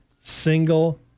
single